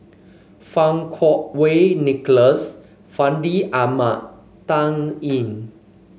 Fang Kuo Wei Nicholas Fandi Ahmad Dan Ying